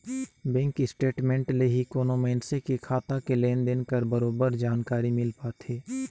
bank statement ले ही कोनो मइनसे के खाता के लेन देन कर बरोबर जानकारी मिल पाथे